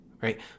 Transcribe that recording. right